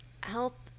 Help